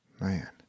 man